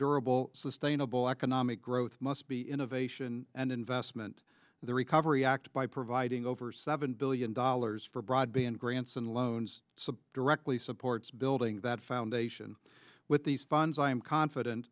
durable sustainable economic growth must be innovation and investment the recovery act by providing over seven billion dollars for broadband grants and loans directly supports building that foundation with these funds i am confident